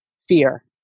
fear